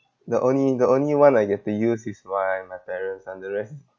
the only the only one I get to use is by my parents and the rest